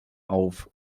auf